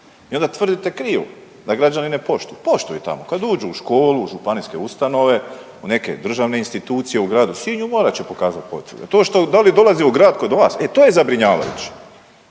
I onda tvrdite krivo da građani ne poštuju, poštuju tamo kad uđu u školu, županijske ustanove, u neke državne institucije u gradu Sinju morat će pokazati potvrdu. To što, da li dolaze u grad kod vas, e to je zabrinjavajuće